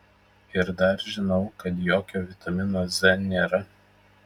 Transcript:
ir dar žinau kad jokio vitamino z nėra